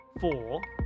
four